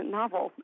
novel